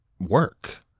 work